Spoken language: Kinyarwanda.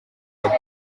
yaho